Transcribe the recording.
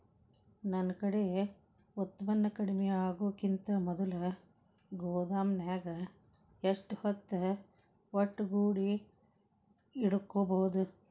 ನನ್ ಕಡೆ ಉತ್ಪನ್ನ ಕಡಿಮಿ ಆಗುಕಿಂತ ಮೊದಲ ಗೋದಾಮಿನ್ಯಾಗ ಎಷ್ಟ ಹೊತ್ತ ಒಟ್ಟುಗೂಡಿ ಇಡ್ಬೋದು?